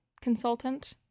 consultant